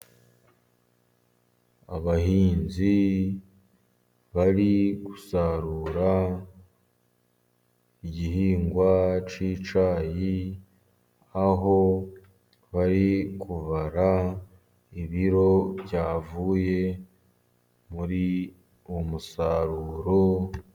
Abahinzi bari gusarura igihingwa cy'icyayi, aho bari kubara ibiro byavuye muri uwo musaruro.